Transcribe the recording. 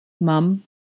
Mum